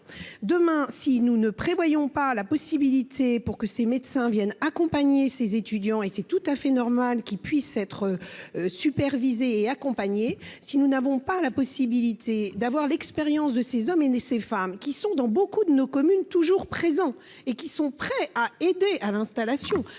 demain si nous ne prévoyons pas la possibilité pour que ses médecins viennent accompagner ces étudiants et c'est tout à fait normal qu'il puisse être supervisé et accompagné, si nous n'avons pas la possibilité d'avoir l'expérience de ces hommes est née ces femmes qui sont dans beaucoup de nos communes, toujours présent, et qui sont prêts à aider à l'installation,